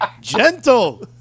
gentle